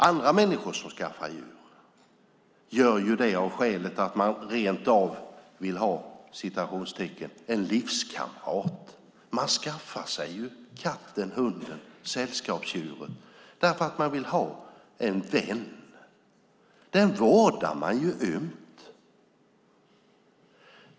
Andra människor skaffar djur för att de vill ha en livskamrat. Man skaffar sig katten eller hunden för att man vill ha en vän. Den vårdar man ju ömt.